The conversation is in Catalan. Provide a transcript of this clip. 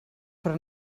però